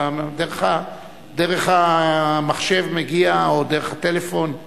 דרך המחשב אתה מגיע או דרך הטלפון,